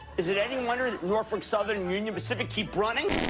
is it any wonder that norfolk southern and union pacific keep running?